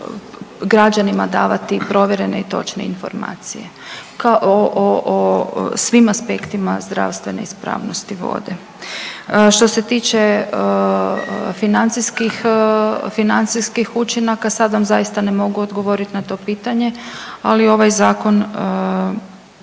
građanima davati provjerene i točne informacije o, o, o svim aspektima zdravstvene ispravnosti vode. Što se tiče financijskih, financijskih učinaka sad vam zaista ne mogu odgovoriti na to pitanje, ali ovaj zakon